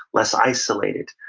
less isolated.